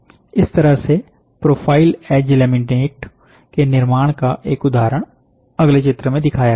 इस तरह से "profile edge laminate" "Profiled edge Laminate" के निर्माण का एक उदाहरण अगले चित्र में दिखाया गया है